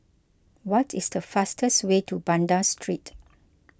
what is the fastest way to Banda Street